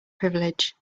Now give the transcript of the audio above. privilege